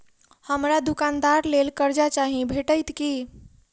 हमरा दुकानक लेल कर्जा चाहि भेटइत की?